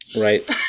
Right